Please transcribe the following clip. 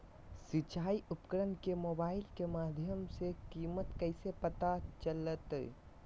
सिंचाई उपकरण के मोबाइल के माध्यम से कीमत कैसे पता चलतय?